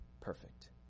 perfect